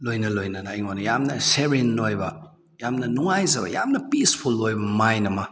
ꯂꯣꯏꯅ ꯂꯣꯏꯅꯅ ꯑꯩꯉꯣꯟꯗ ꯌꯥꯝꯅ ꯁꯦꯕꯔꯤꯟ ꯑꯣꯏꯕ ꯌꯥꯝꯅ ꯅꯨꯡꯉꯥꯏꯖꯕ ꯌꯥꯝꯅ ꯄꯤꯁꯐꯨꯜ ꯑꯣꯏꯕ ꯃꯥꯏꯟ ꯑꯃ